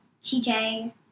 TJ